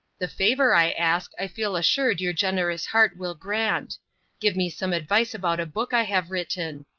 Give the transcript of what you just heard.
the favor i ask i feel assured your generous heart will grant give me some advice about a book i have written.